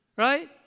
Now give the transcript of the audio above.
Right